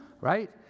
right